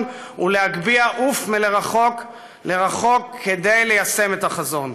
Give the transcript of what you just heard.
ולהגביה עוף למרחוק כדי ליישם את החזון.